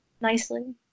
nicely